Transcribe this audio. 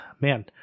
man